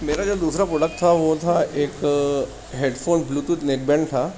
میرا جو دوسرا پروڈکٹ تھا وہ تھا ایک headphone Bluetooth neckband تھا